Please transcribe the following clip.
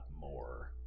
more